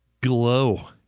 glow